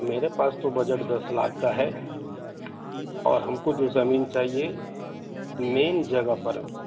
میرے پاس تو بجٹ دس لاکھ کا ہے اور ہم کو جو زمین چاہیے مین جگہ پر